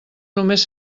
només